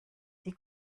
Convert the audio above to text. die